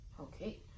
okay